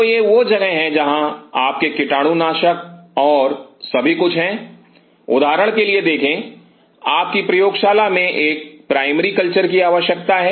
तो यह वह जगह है जहां आप के कीटाणुनाशक और सभी कुछ है उदाहरण के लिए देखें आपकी प्रयोगशाला में एक प्राइमरी कल्चर की आवश्यकता है